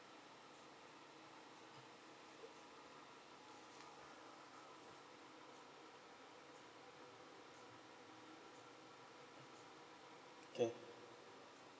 can